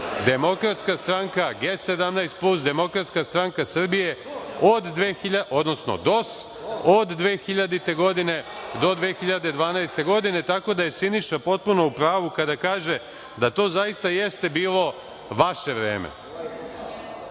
Demokratska stranka, G17 plus, Demokratska stranka Srbije, odnosno DOS od 2000. do 2012. godine, tako da je Siniša potpuno u pravu kada kaže da to zaista jeste bilo vaše vreme. Hteo